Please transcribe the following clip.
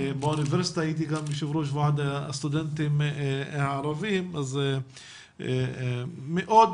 באוניברסיטה הייתי גם יו"ר ועד הסטודנטים הערבים אז אני מאוד